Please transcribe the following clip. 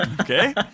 Okay